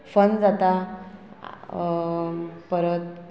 fun जाता परत